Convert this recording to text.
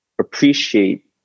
appreciate